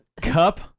Cup